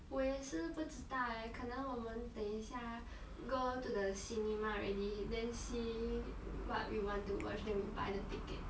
我也是不知道 eh 可能我们等一下 go to the cinema already then see what we want to watch then we buy the ticket